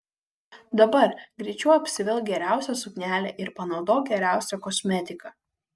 dabar greičiau apsivilk geriausią suknelę ir panaudok geriausią kosmetiką